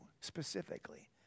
specifically